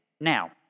Now